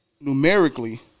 numerically